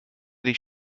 dich